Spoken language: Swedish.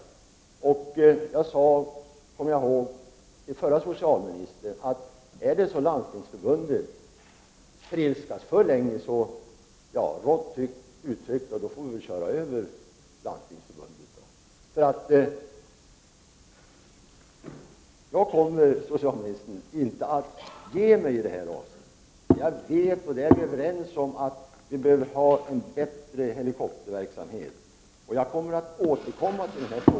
Jag kommer ihåg att jag sade till den förre socialministern, att om Landstingsförbundet trilskas för länge, får vi väl — jag är medveten om att det är litet rått uttryckt — köra över Landstingsförbundet. Jag kommer inte, socialministern, att ge mig i det här avseendet. Jag vet ju, och det är vi också överens om, att det behövs en bättre helikopterverksamhet. Jag återkommer till frågan.